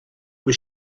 was